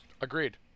agreed